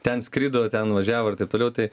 ten skrido ten važiavo ir taip toliau tai